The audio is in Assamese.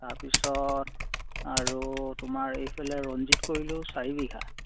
তাৰপিছত আৰু তোমাৰ এইফালে ৰঞ্জিত কৰিলোঁ চাৰি বিঘা